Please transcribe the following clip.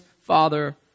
Father